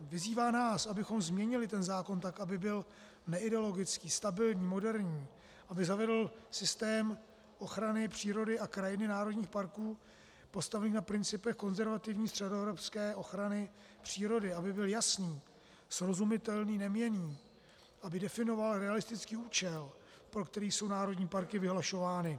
Vyzývá nás, abychom zákon změnili tak, aby byl neideologický, stabilní, moderní, aby zavedl systém ochrany přírody a krajiny národních parků postavený na principech konzervativní středoevropské ochrany přírody, aby byl jasný, srozumitelný, neměnný, aby definoval realistický účel, pro který jsou národní parky vyhlašovány.